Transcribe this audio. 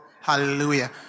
Hallelujah